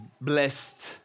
blessed